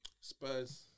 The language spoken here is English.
Spurs